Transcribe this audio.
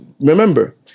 remember